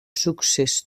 succés